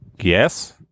Yes